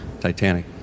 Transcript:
Titanic